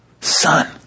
Son